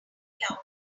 outcome